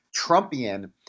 Trumpian